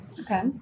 Okay